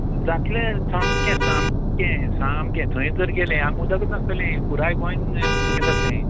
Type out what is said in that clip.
जातलें सामकें सामकें सामकें थंय जर गेलें हांगा उदकच नासतलें पुराय गोंय सुकें जातलें